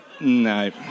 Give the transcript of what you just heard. no